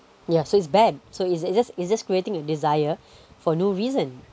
yeah so it's bad so it's it's just it's just creating a desire for no reason